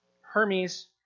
Hermes